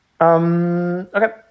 Okay